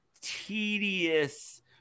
tedious